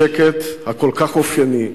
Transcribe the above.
בשקט הכל-כך אופייני,